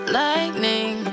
lightning